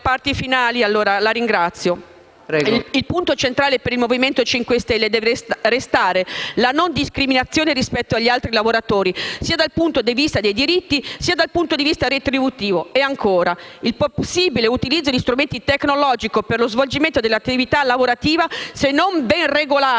Il punto centrale per il Movimento 5 Stelle deve restare la non discriminazione rispetto agli altri lavoratori, sia dal punto di vista dei diritti, sia dal punto di vista retributivo e ancora... il possibile utilizzo di strumenti tecnologici per lo svolgimento dell'attività lavorativa, regolato,